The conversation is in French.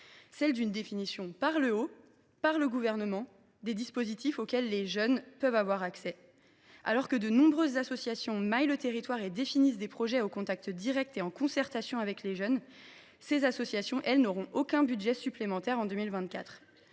celui d’une définition par le haut, par le Gouvernement, des dispositifs auxquels les jeunes peuvent avoir accès. Alors que de nombreuses associations maillent le territoire et définissent des projets au contact direct des jeunes et en concertation avec eux, ces associations, elles, n’auront aucun budget supplémentaire en 2024.